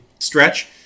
stretch